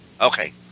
Okay